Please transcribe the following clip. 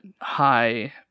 high